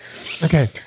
Okay